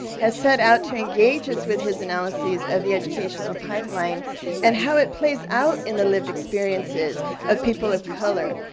has set out to engage us with his analyses of the educational pipeline and how it place out in the lead experiences of people of color,